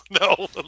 No